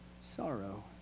sorrow